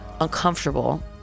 uncomfortable